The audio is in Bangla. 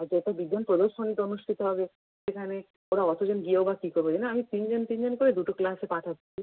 ওদের তো বিজ্ঞান প্রদর্শনীতে অনুষ্ঠিত হবে সেখানে ওরা অতোজন গিয়েও বা কী করবে মানে আমি তিনজন তিনজন করে দুটো ক্লাসে পাঠাচ্ছি